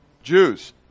Jews